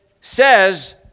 says